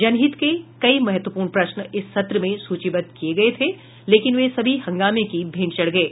जनहित के कई महत्वपूर्ण प्रश्न इस सत्र में सूचीबद्ध किये गये थे लेकिन वे सभी हंगामे की भेंट चढ़ गये